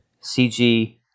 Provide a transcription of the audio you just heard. CG